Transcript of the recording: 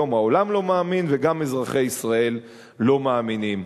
היום העולם לא מאמין וגם אזרחי ישראל לא מאמינים.